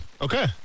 Okay